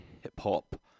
hip-hop